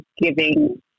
giving